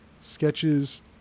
sketches